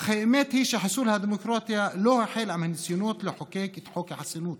אך האמת היא שחיסול הדמוקרטיה לא החל עם הניסיונות לחוקק את חוק החסינות